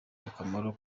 akamaro